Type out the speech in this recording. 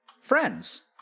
friends